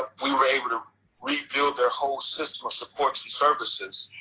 ah we were able to rebuild their whole system of supports and services.